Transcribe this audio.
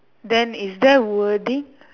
then is there wording